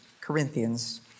Corinthians